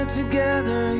together